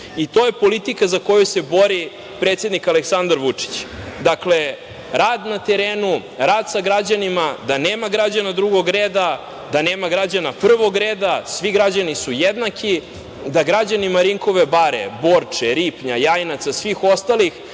To je politika za koju se bori predsednik Aleksandar Vučić. Dakle, rad na terenu, rad sa građanima, da nema građana drugog reda, da nema građana prvog reda, svi građani su jednaki, da građani Marinkove bare, Borče, Ripnja, Jajinaca, svih ostalih